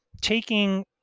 taking